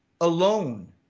alone